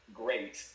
great